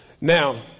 Now